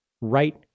Right